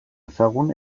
ezagun